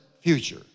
future